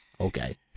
Okay